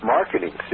Marketing